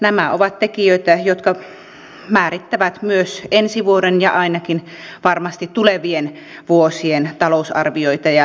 nämä ovat tekijöitä jotka määrittävät myös ensi vuoden ja varmasti ainakin tulevien vuosien talousarvioita ja lisätalousarvioita